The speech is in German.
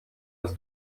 des